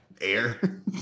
Air